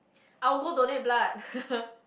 I will go donate blood